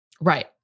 Right